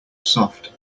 soft